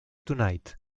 tonight